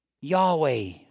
Yahweh